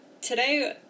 today